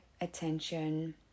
attention